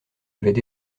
avaient